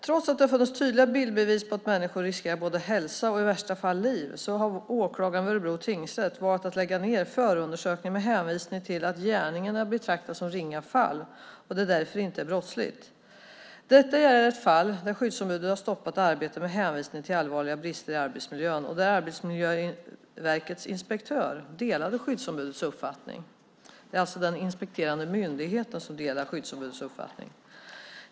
Trots att det har funnits tydliga bildbevis på att människor riskerar både hälsa och i värsta fall liv har åklagaren vid Örebro tingsrätt valt att lägga ned förundersökningen med hänvisning till att gärningarna är att betrakta som ringa fall och därför inte är brottsliga. Detta gällde ett fall där skyddsombudet har stoppat arbetet med hänvisning till allvarliga brister i arbetsmiljön, och där Arbetsmiljöverkets inspektör delade skyddsombudets uppfattning. Det är alltså den inspekterande myndigheten som delar skyddsombudets uppfattning.